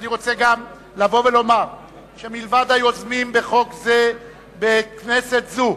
אני רוצה גם לבוא ולומר שמלבד היוזמים בחוק זה בכנסת זו,